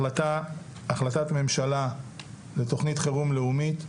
החלטת ממשלה לתכנית חירום לאומית,